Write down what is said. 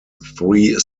three